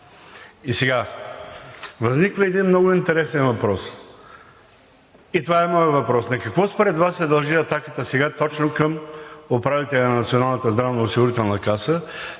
Сега възниква един много интересен въпрос и това е моят въпрос: на какво според Вас се дължи атаката точно сега към управителя на Националната здравноосигурителна каса,